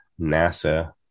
NASA